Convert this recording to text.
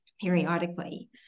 periodically